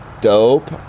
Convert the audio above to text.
Dope